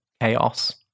chaos